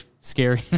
scary